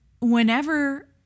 whenever